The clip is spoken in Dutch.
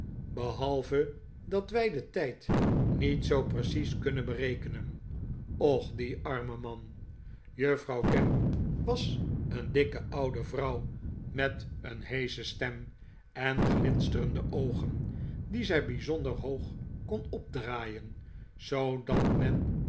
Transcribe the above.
behalve dat wij den tijd niet zoo precies kunnen berekenen och die arme man juffrouw gamp was een dikke oude vrouw met een heesche stem en glinsterende oogen die zij bijzonder hoog kon op draaien zoodat men